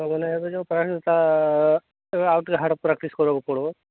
ଆଉ ମାନେ ଏବେ ଯୋଉ ତେବେ ଆଉ ଟିକେ ହାର୍ଡ୍ ପ୍ରାକ୍ଟିସ୍ କରିବାକୁ ପଡ଼ିବ